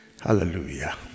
Hallelujah